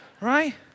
right